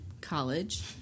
college